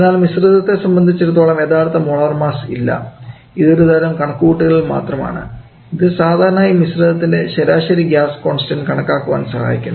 എന്നാൽ മിശ്രിതത്തെ സംബന്ധിച്ചിടത്തോളം യഥാർത്ഥ മോളാർ മാസ് ഇല്ല ഇത് ഒരുതരം കണക്കുകൂട്ടൽ മാത്രമാണ് ഇത് സാധാരണയായി മിശ്രിതത്തിന്റെ ശരാശരി ഗ്യാസ് കോൺസ്റ്റൻഡ് കണക്കാക്കാൻ സഹായിക്കുന്നു